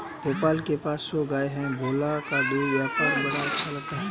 भोला के पास सौ गाय है भोला का दूध का व्यापार बड़ा अच्छा चलता है